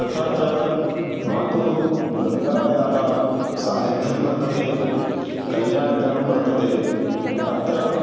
तथा च मातुः गङ्गायाः सान्निध्यं वर्तते कल्याणकरं वर्तते अत्र